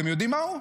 אתם יודעים מהו?